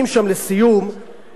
וכדאי שתשמעו,